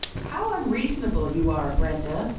how unreasonable you are, brenda,